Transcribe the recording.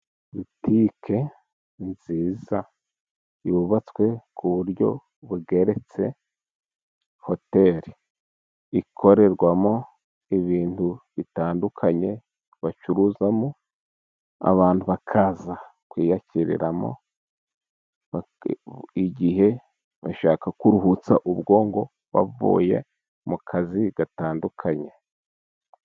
Butike nziza yubatswe ku buryo bugeretse, hoteli ikorerwamo ibintu bitandukanye bacuruzamo, abantu bakaza kwiyakriramo igihe bashaka kuruhutsa ubwonko bavuye mu kazi gatandukanye.